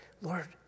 Lord